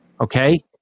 Okay